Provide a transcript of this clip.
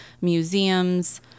museums